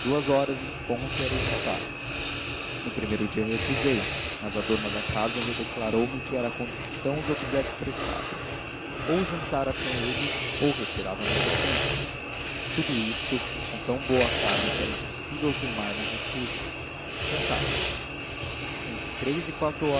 duas horas em ponto era o jantar no primeiro dia recusei mas a dona da casa declarou-me que era a condição do obséquio prestado ou jantaria com eles ou retirava me a licença tudo isso com tão boa cara que era impossível teimar na recusa jantava entre três e quatro